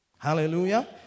Hallelujah